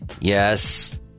Yes